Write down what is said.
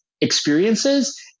experiences